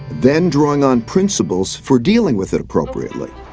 then drawing on principles for dealing with it appropriately.